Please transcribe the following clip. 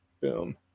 Boom